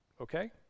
okay